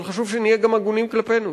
אבל חשוב שנהיה גם הגונים כלפינו.